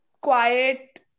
quiet